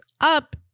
up